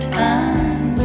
time